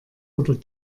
oder